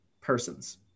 persons